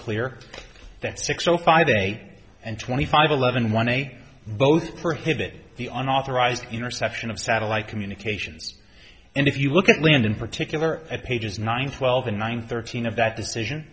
clear that six o five day and twenty five eleven one day both for hit the unauthorized interception of satellite communications and if you look at lindh in particular at pages nine twelve and nine thirteen of that decision